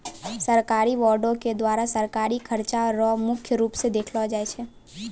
सरकारी बॉंडों के द्वारा सरकारी खर्चा रो मुख्य रूप स देखलो जाय छै